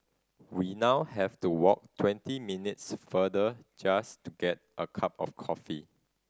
we now have to walk twenty minutes further just to get a cup of coffee